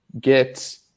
get